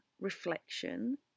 reflection